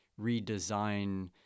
redesign